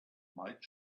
might